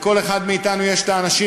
לכל אחד מאתנו יש האנשים.